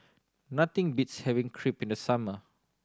nothing beats having Crepe in the summer